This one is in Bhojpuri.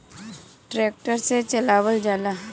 ट्रेक्टर से चलावल जाला